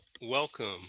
welcome